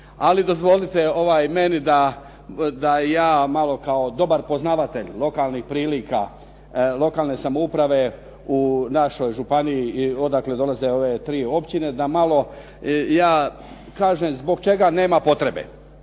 Ali dozvolite meni da i ja malo kao dobar poznavatelj lokalnih prilika lokalne samouprave u našoj županiji i odakle dolaze ove tri općine, da malo ja kažem zbog čega nema potrebe